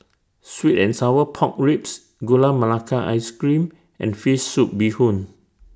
Sweet and Sour Pork Ribs Gula Melaka Ice Cream and Fish Soup Bee Hoon